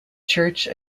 church